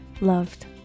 loved